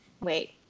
Wait